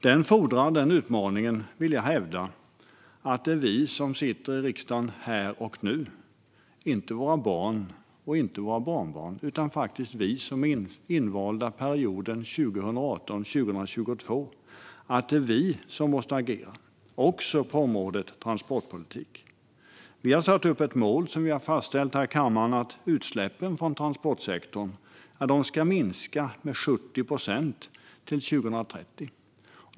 Denna utmaning fordrar, vill jag hävda, att det är vi som här och nu sitter i riksdagen och är invalda för perioden 2018-2022 - inte våra barn eller barnbarn - som måste agera, även på området transportpolitik. Vi har satt upp ett mål, som fastställts av kammaren, om att utsläppen från transportsektorn ska minska med 70 procent till 2030.